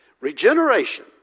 Regeneration